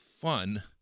fun